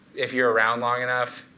if you're around long enough,